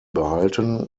behalten